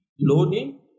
loading